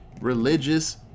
religious